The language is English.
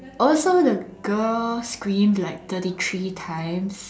also the girl screamed like thirty three times